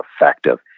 effective